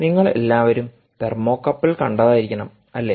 നിങ്ങൾ എല്ലാവരും തെർമോകപ്പിൾ കണ്ടതായിരിക്കണം അല്ലേ